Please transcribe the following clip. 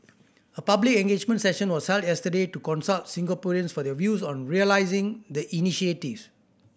a public engagement session was held yesterday to consult Singaporeans for their views on realising the initiative